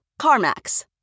CarMax